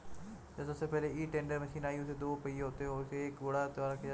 जो सबसे पहले हे टेडर मशीन आई थी उसके दो पहिये होते थे और उसे एक घोड़े द्वारा खीचा जाता था